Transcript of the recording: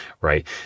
right